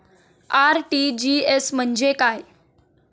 RTGS म्हणजे काय?